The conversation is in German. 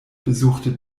besuchte